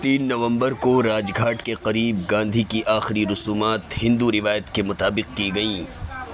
تین نومبر کو راج گھاٹ کے قریب گاندھی کی آخری رسومات ہندو روایت کے مطابق کی گئیں